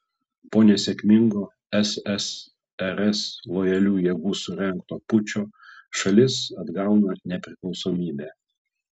po nesėkmingo ssrs lojalių jėgų surengto pučo šalis atgauna nepriklausomybę